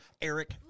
Eric